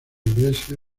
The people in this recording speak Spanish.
iglesia